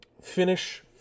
finish